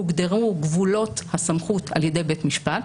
הוגדרו גבולות הסמכות על ידי בית משפט,